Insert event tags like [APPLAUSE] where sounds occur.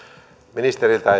ministeriltä [UNINTELLIGIBLE]